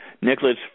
Nicholas